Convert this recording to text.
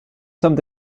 sommes